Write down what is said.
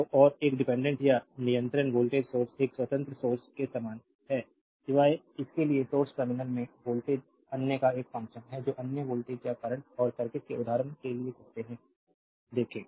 तो और एक डिपेंडेंट या नियंत्रित वोल्टेज सोर्स एक स्वतंत्र सोर्स के समान है सिवाय इसके कि सोर्स टर्मिनल्स में वोल्टेज अन्य का एक फंक्शन है जो अन्य वोल्टेज या करंट को सर्किट में उदाहरण के लिए कहते हैं देखें